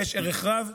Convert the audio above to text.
יש ערך רב,